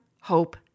hope